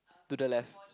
to the left